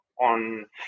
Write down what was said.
on